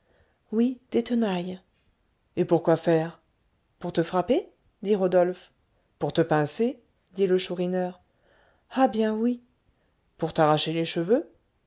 oui des tenailles et pour quoi faire pour te frapper dit rodolphe pour te pincer dit le chourineur ah bien oui pour t'arracher les cheveux